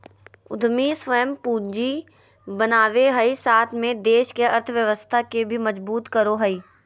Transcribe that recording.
उद्यमी स्वयं पूंजी बनावो हइ साथ में देश के अर्थव्यवस्था के भी मजबूत करो हइ